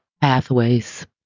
pathways